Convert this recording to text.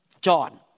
John